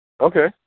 Okay